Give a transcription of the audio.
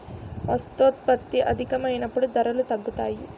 వస్తోత్పత్తి అధికమైనప్పుడు ధరలు తగ్గుతాయి